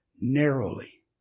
narrowly